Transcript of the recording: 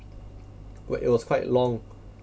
wait it was quite long